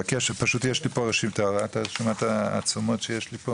את רואה את העצומות שיש לי פה?